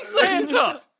Santa